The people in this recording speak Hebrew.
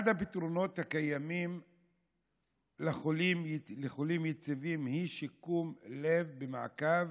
אחד הפתרונות הקיימים לחולים יציבים היא שיקום לב במעקב